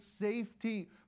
safety